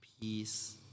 peace